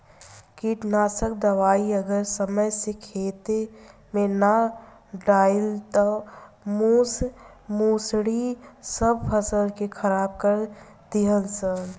कीटनाशक दवाई अगर समय से खेते में ना डलाइल त मूस मुसड़ी सब फसल के खराब कर दीहन सन